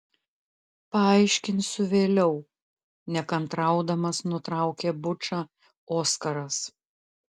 paaiškinsiu vėliau nekantraudamas nutraukė bučą oskaras